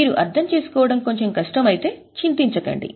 మీరు అర్థం చేసుకోవడం కొంచెం కష్టమైతే చింతించకండి